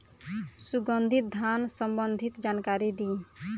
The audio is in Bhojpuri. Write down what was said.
सुगंधित धान संबंधित जानकारी दी?